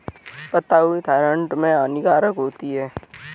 पत्ता गोभी थायराइड में हानिकारक होती है